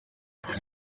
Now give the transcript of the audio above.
mbere